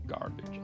garbage